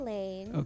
Lane